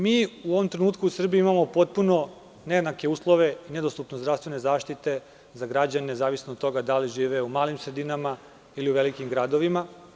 Mi u ovom trenutku u Srbiji imamo potpuno nejednake uslove, nedostupnost zdravstvene zaštite za građane u zavisnosti od toga da li žive u malim sredinama ili u velikim gradovima.